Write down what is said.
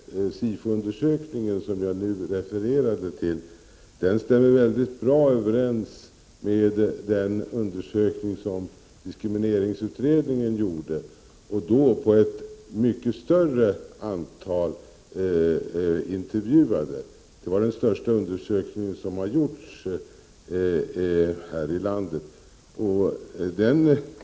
Herr talman! Till Gullan Lindblad vill jag säga att den SIFO-undersökning som jag refererade till, stämmer mycket bra överens med den undersökning som gjordes av diskrimineringsutredningen, med ett mycket större antal intervjuade. Det var den största undersökning som har gjorts här i landet.